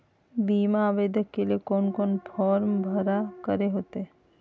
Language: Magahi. बीमा आवेदन के लिए कोन कोन फॉर्म जमा करें होते